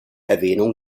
erwähnung